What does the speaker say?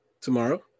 tomorrow